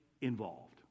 involved